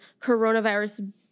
coronavirus